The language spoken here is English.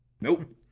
Nope